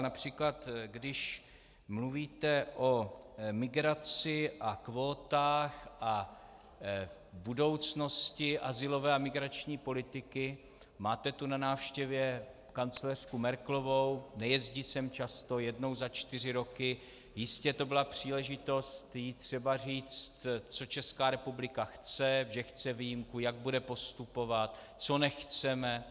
Například když mluvíte o migraci a kvótách a budoucnosti azylové a migrační politiky, máte tu na návštěvě kancléřku Merkelovou, nejezdí sem často, jednou za čtyři roky, jistě to byla příležitost jí třeba říct, co Česká republika chce, že chce výjimku, jak bude postupovat, co nechceme.